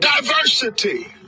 diversity